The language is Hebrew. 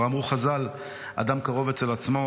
כבר אמרו חז"ל: "אדם קרוב אצל עצמו".